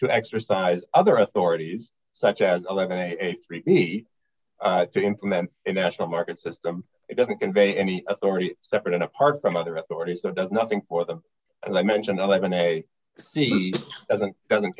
to exercise other authorities such as a leg of a treaty to implement a national market system it doesn't convey any authority separate and apart from other authority so does nothing for them and i mentioned eleven a c doesn't doesn't